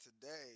today